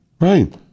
Right